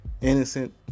innocent